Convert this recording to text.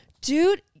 Dude